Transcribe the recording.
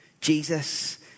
Jesus